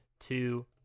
Two